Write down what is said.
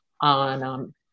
on